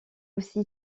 aussi